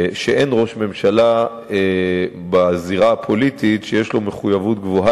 שאין ראש ממשלה בזירה הפוליטית שיש לו מחויבות גדולה